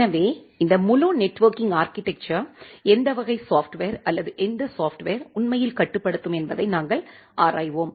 எனவே இந்த முழு நெட்வொர்க்கிங் ஆர்க்கிடெக்சர் எந்த வகை சாப்ட்வர் அல்லது எந்த சாப்ட்வர் உண்மையில் கட்டுப்படுத்தும் என்பதை நாங்கள் ஆராய்வோம்